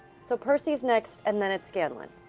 so percy's next, and then it's scanlan.